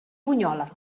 bunyola